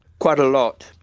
quite a lot.